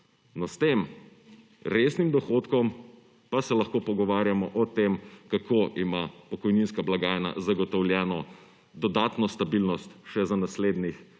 s tem resnim dohodkom pa se lahko pogovarjamo o tem, kako ima pokojninska blagajna zagotovljeno dodatno stabilnost še za naslednjih